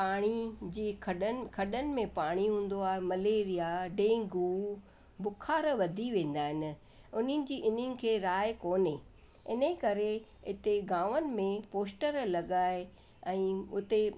पाणी जे खॾनि खॾनि में पाणी हूंदो आहे मलेरिया डेंगू बुख़ारु वधी वेंदा आहिनि उन्हनि जी इन्हनि खे राइ कोन्हे इन ई करे इते गांवनि में पोस्टर लॻाए ऐं उते